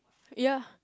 ya